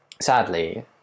Sadly